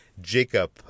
Jacob